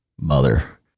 mother